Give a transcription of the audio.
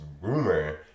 rumor